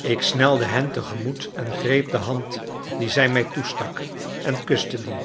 ik snelde hen tegemoet en greep de hand die zij mij toestak en kuste die